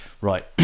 Right